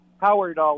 Howard